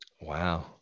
wow